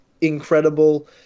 incredible